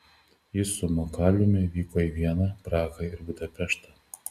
ji su makaliumi vyko į vieną prahą ir budapeštą